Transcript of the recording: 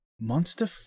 Monster